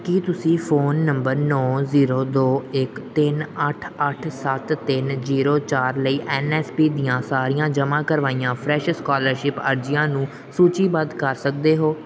ਕੀ ਤੁਸੀਂ phone number ਨੌ zero ਦੋ ਇੱਕ ਤਿੰਨ ਅੱਠ ਅੱਠ ਸੱਤ ਤਿੰਨ ਜ਼ੀਰੋ ਚਾਰ ਲਈ ਐਨ ਐਸ ਪੀ ਦੀਆਂ ਸਾਰੀਆਂ ਜਮ੍ਹਾਂ ਕਰਵਾਈਆਂ ਫਰੈਸ਼ ਸਕਾਲਰਸ਼ਿਪ ਅਰਜ਼ੀਆਂ ਨੂੰ ਸੂਚੀਬੱਧ ਕਰ ਸਕਦੇ ਹੋ